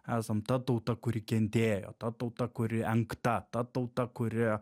esam ta tauta kuri kentėjo ta tauta kuri engta ta tauta kuri